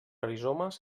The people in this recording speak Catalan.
rizomes